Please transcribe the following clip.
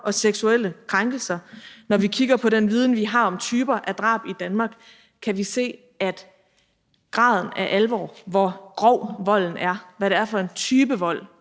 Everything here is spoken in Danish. og seksuelle krænkelser, når vi kigger på den viden, vi har, om typer af drab i Danmark, når vi ser på graden af alvor, altså hvor grov volden er, og hvad det er for en type vold,